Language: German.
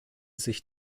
sich